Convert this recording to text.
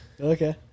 Okay